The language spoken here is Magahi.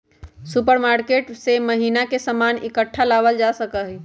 सुपरमार्केट से महीना के सामान इकट्ठा लावल जा सका हई